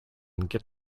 get